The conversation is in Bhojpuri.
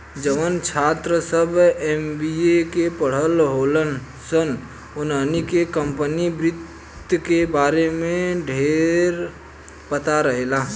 जवन छात्र सभ एम.बी.ए के पढ़ल होलन सन ओहनी के कम्पनी वित्त के बारे में ढेरपता रहेला